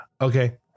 Okay